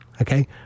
okay